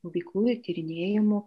veiklų ir tyrinėjimų